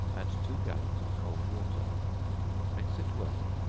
and two gallons of cold water mix it well,